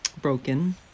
broken